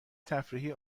تفریحی